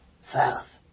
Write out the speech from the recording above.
South